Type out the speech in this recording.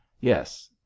Yes